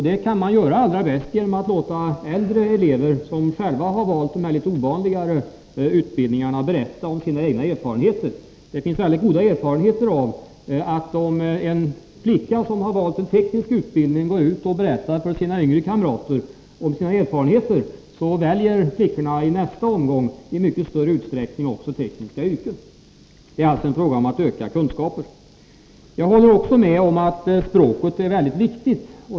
Det kan man göra allra bäst genom att låta äldre elever som själva har valt litet ovanligare utbildningar berätta om sina egna upplevelser. Det finns goda erfarenheter av att om en flicka som valt en teknisk utbildning går ut och berättar för sina yngre kamrater om sina erfarenheter, då väljer flickorna i nästa omgång i mycket större utsträckning tekniska yrken. Det är alltså en fråga om att öka kunskaperna. Jag håller också med om att språket är mycket viktigt.